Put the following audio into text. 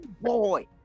boy